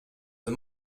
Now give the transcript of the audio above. the